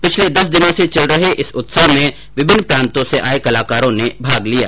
पिछले दस दिनों से चल रहे इस उत्सव में विभिन्न प्रांतो से आये कलाकारों ने भाग लिया